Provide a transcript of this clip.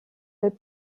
lip